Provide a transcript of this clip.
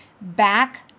back